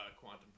quantum